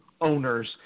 owners